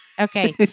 Okay